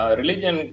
religion